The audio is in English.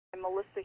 Melissa